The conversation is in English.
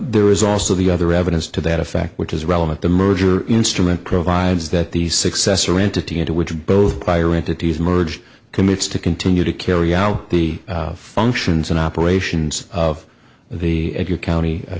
there is also the other evidence to that effect which is relevant the merger instrument provides that the successor entity into which both buyer entities merge commits to continue to carry out the functions and operations of the your county